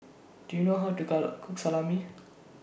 Do YOU know How to Car Cook Salami